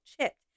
chipped